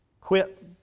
Quit